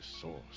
source